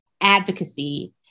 advocacy